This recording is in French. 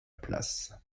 place